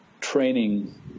training